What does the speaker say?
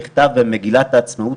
כך נכתב במגילת העצמאות,